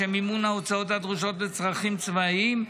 לשם מימון ההוצאות הדרושות לצרכים צבאיים,